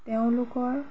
তেওঁলোকৰ